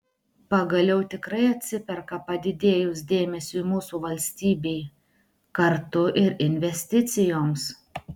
pagaliau tikrai atsiperka padidėjus dėmesiui mūsų valstybei kartu ir investicijoms